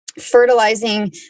fertilizing